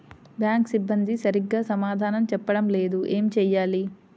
Bank సిబ్బంది సరిగ్గా సమాధానం చెప్పటం లేదు ఏం చెయ్యాలి?